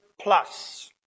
plus